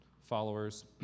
followers